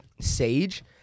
Sage